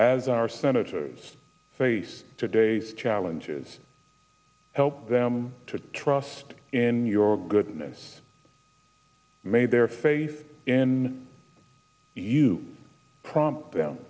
as our senators face today challenges help them to trust in your goodness made their faith in you prompt